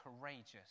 courageous